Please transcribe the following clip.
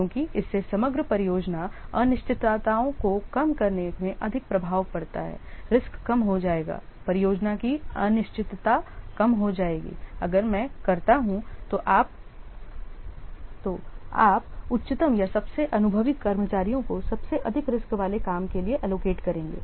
क्योंकि इससे समग्र परियोजना अनिश्चितताओं को कम करने में अधिक प्रभाव पड़ता है रीस्क कम हो जाएगा परियोजना की अनिश्चितता कम हो जाएगीअगर मैं करता हूं तो आप उच्चतम या सबसे अनुभवी कर्मचारियों को सबसे अधिक रीस्क वाले काम के लिए एलोकेट करेंगे